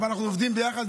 אבל אנחנו עובדים ביחד,